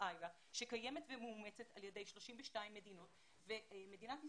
איירה שקיימת ומאומצת על ידי 32 מדינות ומדינת ישראל,